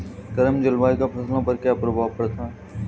गर्म जलवायु का फसलों पर क्या प्रभाव पड़ता है?